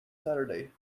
saturday